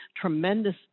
tremendous